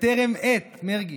בטרם עת, מרגי.